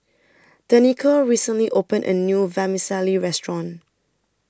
Danica recently opened A New Vermicelli Restaurant